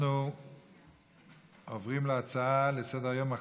אנחנו עוברים להצעה לסדר-היום בנושא: